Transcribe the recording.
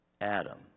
Adam